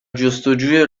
جستجوی